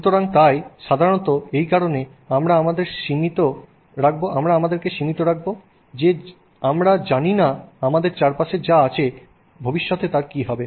সুতরাং তাই সাধারণত এই কারণে আমরা আমাদেরকে সীমিত রাখবো যে আমরা জানি না আমাদের চারপাশে যা আছে ভবিষ্যতে তার কি হবে